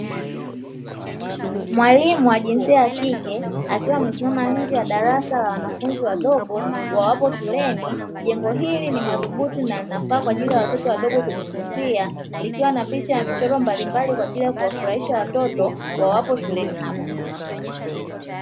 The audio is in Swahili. Mwalimu wa jinsia ya kike akiwa amesimama nje ya darasa la wanafunzi wadogo wawapo shuleni, jengo hili ni madhubuti na linafaa kwaajili ya watoto wadogo kujifunzia, likiwa na picha ya michoro mbalimbali kwaajili ya kuwafurahisha watoto wawapo shuleni hapo.